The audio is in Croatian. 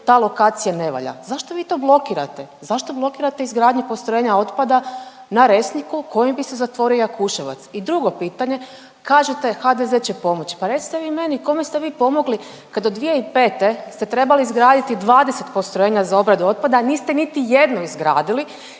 ta lokacija ne valja. Zašto vi to blokirate? Zašto blokirate izgradnju postrojenja otpada na Resniku kojim bi se zatvorio Jakuševac? I drugo pitanje, kažete HDZ će pomoći. Pa recite vi meni kome ste vi pomogli kad od 2005. ste trebali izgraditi 20 postrojenja za obradu otpada, niste niti jednu izgradili.